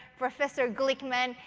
professor glickman,